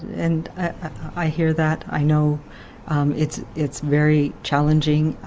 and i hear that. i know it's it's very challenging.